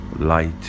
Light